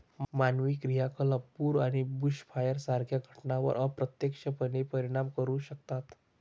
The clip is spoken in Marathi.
मानवी क्रियाकलाप पूर आणि बुशफायर सारख्या घटनांवर अप्रत्यक्षपणे परिणाम करू शकतात